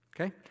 Okay